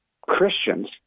Christians